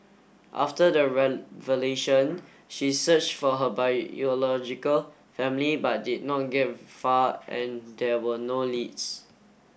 after the revelation she search for her biological family but did not get far and there were no leads